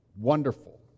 wonderful